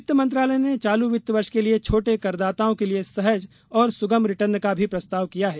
वित्त मंत्रालय ने चालू वित्त वर्ष के लिए छोटे कर दाताओं के लिए सहज और सुगम रिटर्न का भी प्रस्ताव किया है